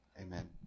Amen